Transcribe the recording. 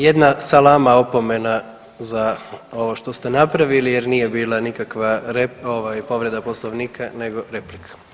Jedna salama opomena za ovo što ste napravili jer nije bila nikakva povreda Poslovnika, nego replika.